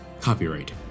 Copyright